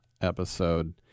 episode